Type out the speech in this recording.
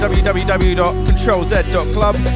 www.controlz.club